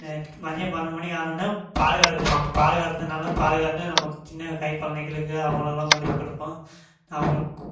night மதியம் பன்னெண்டு மணி ஆனோடனே பாலை கறப்போம் பாலை கறந்து நல்லா பாலை கறந்து நம்ம சின்ன கை கொழந்தைங்களுக்கு அவங்களுக்குலாம் கொண்டு போய் கொடுப்போம் அவங்களுக்கு